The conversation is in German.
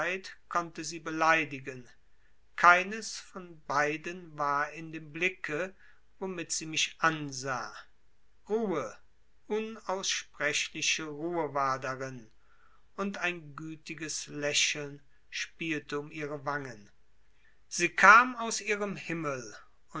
konnte sie beleidigen keines von beiden war in dem blicke womit sie mich ansah ruhe unaussprechliche ruhe war darin und ein gütiges lächeln spielte um ihre wangen sie kam aus ihrem himmel